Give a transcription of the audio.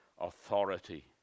authority